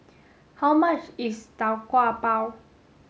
how much is Tau Kwa Pau